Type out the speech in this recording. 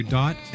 dot